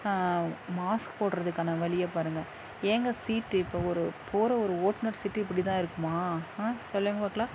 mask போடுகிறதுக்கான வழிய பாருங்க ஏங்க சீட்டு இப்போ ஒரு போகிற ஒரு ஓட்டுனர் சீட்டு இப்படி தான் இருக்குமா ஆ சொல்லுங்கள் பார்க்கலாம்